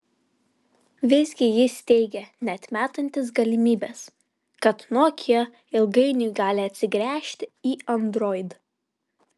visgi jis teigė neatmetantis galimybės kad nokia ilgainiui gali atsigręžti į android